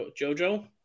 Jojo